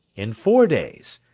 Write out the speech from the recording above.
in four days,